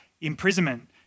imprisonment